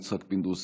יצחק פינדרוס,